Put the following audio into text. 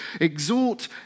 Exhort